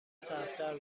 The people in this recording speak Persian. سردتر